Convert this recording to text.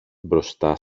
μπροστά